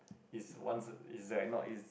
it's once it's that not is